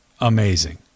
amazing